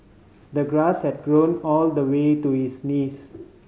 the grass had grown all the way to his knees